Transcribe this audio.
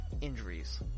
injuries